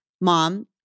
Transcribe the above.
mom